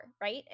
right